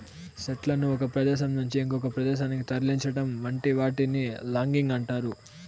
చెట్లను ఒక ప్రదేశం నుంచి ఇంకొక ప్రదేశానికి తరలించటం వంటి వాటిని లాగింగ్ అంటారు